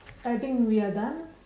I think we are done